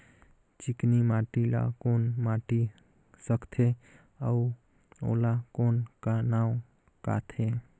चिकनी माटी ला कौन माटी सकथे अउ ओला कौन का नाव काथे?